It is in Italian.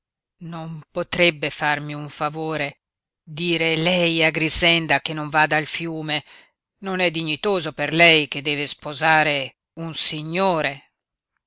non potrebbe farmi un favore dire lei a grixenda che non vada al fiume non è dignitoso per lei che deve sposare un signore